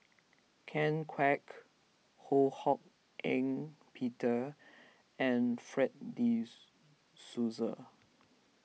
Ken Kwek Ho Hak Ean Peter and Fred De Souza